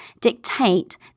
dictate